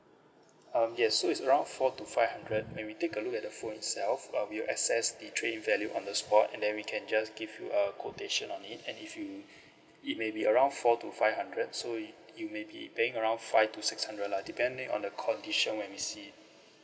um yes so it's around four to five hundred when we take a look at the phone itself um with your access the trade in value on the spot and then we can just give you a quotation on it and if you it maybe around four to five hundred so you maybe paying around five to six hundred lah depending on the condition when we see it